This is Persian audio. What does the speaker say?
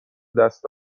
دست